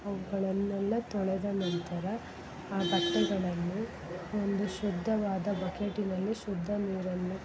ಅವುಗಳನ್ನೆಲ್ಲ ತೊಳೆದ ನಂತರ ಆ ಬಟ್ಟೆಗಳನ್ನು ಒಂದು ಶುದ್ಧವಾದ ಬಕೆಟಿನಲ್ಲಿ ಶುದ್ಧ ನೀರನ್ನು